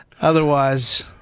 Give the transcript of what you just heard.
Otherwise